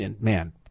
man